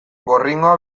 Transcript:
gorringoa